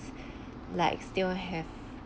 like still have